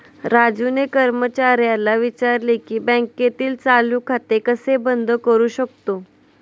राजूने कर्मचाऱ्याला विचारले की बँकेतील चालू खाते कसे बंद करू शकतो?